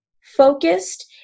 focused